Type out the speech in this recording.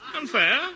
Unfair